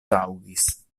taŭgis